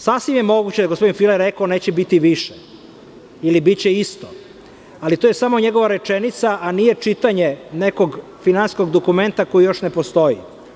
Sasvim je moguće da je gospodin File rekao da neće biti više ili biće isto, ali to je samo njegova rečenica, a tnije čitanje nekog finansijskog dokumenta koji još ne postoji.